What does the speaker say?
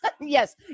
Yes